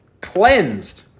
cleansed